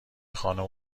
خانوم